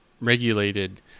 regulated